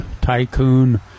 Tycoon